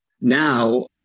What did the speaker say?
Now